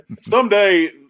Someday